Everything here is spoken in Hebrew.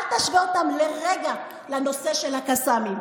אל תשווה אותם לרגע לנושא של הקסאמים.